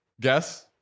guess